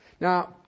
Now